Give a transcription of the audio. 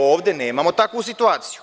Ovde nemamo takvu situaciju.